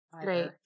Great